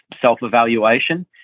self-evaluation